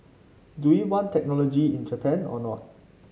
do we want technology in Japan or not